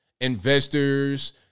Investors